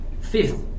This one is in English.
Fifth